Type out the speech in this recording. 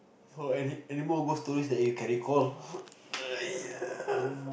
so any anymore ghost stories you can recall !aiya!